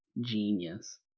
Genius